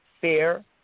fair